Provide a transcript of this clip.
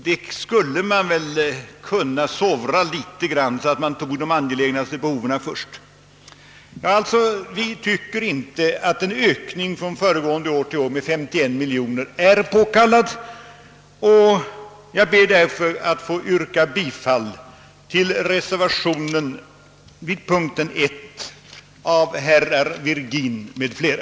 Man skulle väl kunna sovra litet och ta de angelägnaste behoven först. Vi tycker alltså inte att en ökning från föregående år till i år med 51 miljoner kronor är påkallad. Jag ber därför att få yrka bifall till reservationen 1 vid punkten 1 av herr Virgin m.fl.